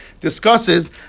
discusses